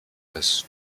das